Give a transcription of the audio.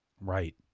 Right